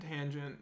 tangent